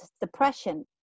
depression